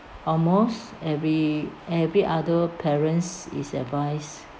almost every every other parents is advised